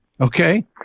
Okay